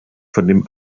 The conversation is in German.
vom